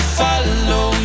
follow